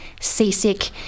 seasick